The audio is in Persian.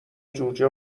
جوجه